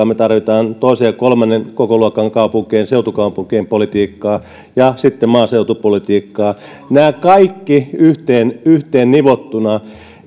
me tarvitsemme toisen ja kolmannen kokoluokan kaupunkien seutukaupunkien politiikkaa ja sitten maaseutupolitiikkaa nämä kaikki yhteen yhteen nivottuna